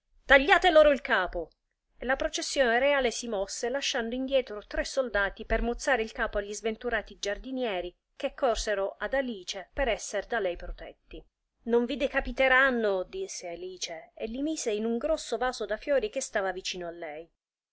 tagliate loro il capo e la processione reale si mosse lasciando indietro tre soldati per mozzare il capo agli sventurati giardinieri che corsero ad alice per esser da lei protetti non vi decapiteranno disse alice e li mise in un grosso vaso da fiori che stava vicino a lei